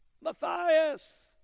Matthias